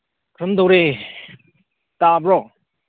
ꯀꯔꯝ ꯇꯧꯔꯤ ꯇꯥꯕ꯭ꯔꯣ